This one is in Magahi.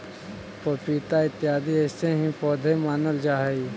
पपीता इत्यादि ऐसे ही पौधे मानल जा हई